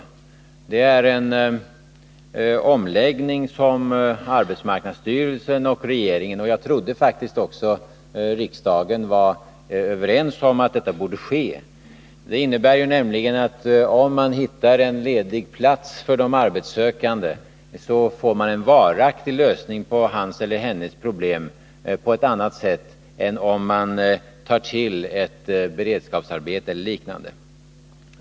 Här rör det sig om en omläggning som arbetsmarknadsstyrelsen, regeringen och — som jag faktiskt trodde — också riksdagen var överens om borde ske. Det innebär nämligen, att om man hittar en ledig plats för de arbetssökande, får man en varaktig lösning på hans eller hennes problem på ett annat sätt än om man tar till ett beredskapsarbete eller liknande.